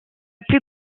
plus